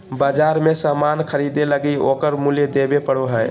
बाजार मे सामान ख़रीदे लगी ओकर मूल्य देबे पड़ो हय